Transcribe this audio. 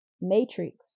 matrix